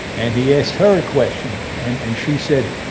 and he asked her a question. and and she said,